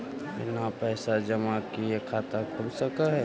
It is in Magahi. बिना पैसा जमा किए खाता खुल सक है?